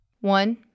One